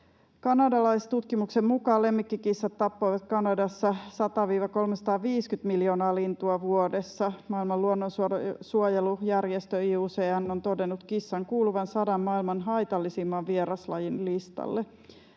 Kanadalaistutkimuksen mukaan lemmikkikissat tappoivat Kanadassa 100—350 miljoonaa lintua vuodessa. Maailman luonnonsuojelujärjestö IUCN on todennut kissan kuuluvan sadan maailman haitallisimman vieraslajin listalle.